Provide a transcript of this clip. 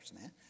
man